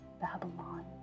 Babylon